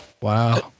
Wow